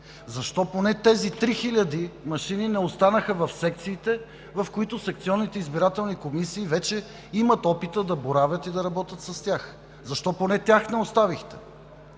Защо поне тези три хиляди машини не останаха в секциите, в които секционните избирателни комисии вече имат опит да боравят и да работят с тях? Защо поне тях не оставихте?